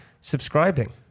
subscribing